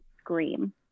scream